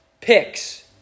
picks